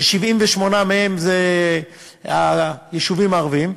ש-78 מהם זה היישובים הערביים,